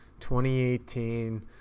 2018